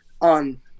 on